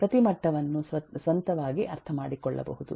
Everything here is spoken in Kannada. ಪ್ರತಿಮಟ್ಟವನ್ನು ಸ್ವಂತವಾಗಿ ಅರ್ಥಮಾಡಿಕೊಳ್ಳಬಹುದು